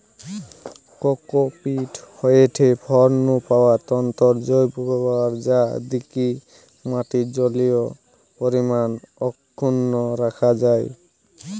cocopeat হয়ঠে ফল নু পাওয়া তন্তুর জৈব ব্যবহার যা দিকি মাটির জলীয় পরিমাণ অক্ষুন্ন রাখা যায়